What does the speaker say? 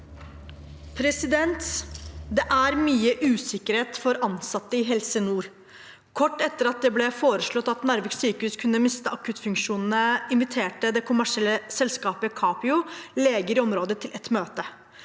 «Det er mye usikkerhet for ansatte i Helse nord. Kort etter at det ble foreslått at Narvik sykehus skulle miste akuttfunksjonen inviterte det kommersielle helseselskapet Capio leger i området til et møte.